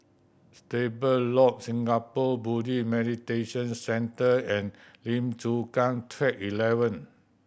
Stable Loop Singapore Buddhist Meditation Centre and Lim Chu Kang Track Eleven